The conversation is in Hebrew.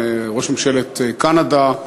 עם ראש ממשלת קנדה,